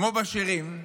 כמו בשירים,